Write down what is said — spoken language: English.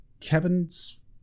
Kevin's